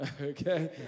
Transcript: Okay